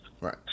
right